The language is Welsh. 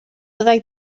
byddai